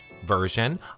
version